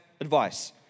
advice